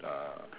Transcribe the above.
ah